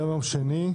היום יום שני,